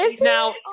Now